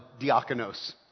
diakonos